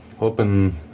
open